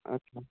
আচ্ছা